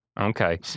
Okay